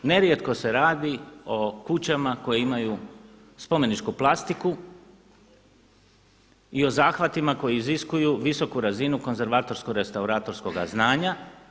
Nerijetko se radi o kućama koje imaju spomeničku plastiku i o zahvatima koji iziskuju visoku razinu konzervatorsko-restauratorskoga znanja.